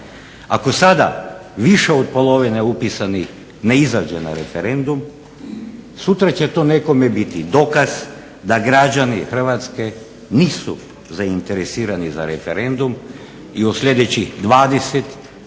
Ako sada više od polovine upisanih ne izađe na referendum sutra će to nekome biti dokaz da građani Hrvatske nisu zainteresirani za referendum i u sljedećih 20 i